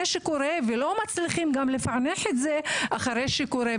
שהוא קורה וגם לא מצליחים לפענח את זה אחרי שזה קורה.